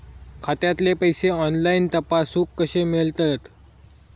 खात्यातले पैसे ऑनलाइन तपासुक कशे मेलतत?